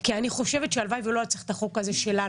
כי אני חושבת שהלוואי שלא היה צריך את החוק הזה שלנו,